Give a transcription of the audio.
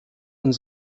und